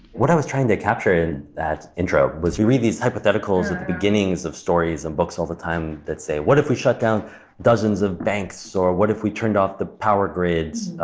what i was trying to capture in that intro was you read these hypotheticals at the beginnings of stories and books all the time that say, what if we shut down dozens of banks, or what if we turned off the power grids?